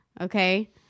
Okay